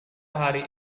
hari